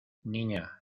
niña